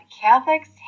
Catholics